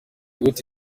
gute